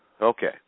Okay